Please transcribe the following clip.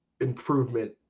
improvement